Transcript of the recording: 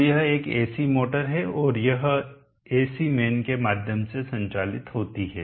तो यह एक एसी मोटर है और यह एसी मेन के माध्यम से संचालित होती है